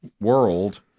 world